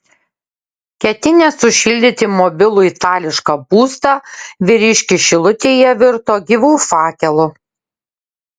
ketinęs sušildyti mobilų itališką būstą vyriškis šilutėje virto gyvu fakelu